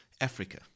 africa